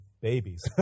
babies